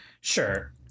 Sure